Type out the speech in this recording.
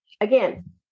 again